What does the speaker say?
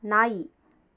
ನಾಯಿ